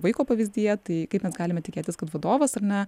vaiko pavyzdyje tai kaip mes galime tikėtis kad vadovas ar ne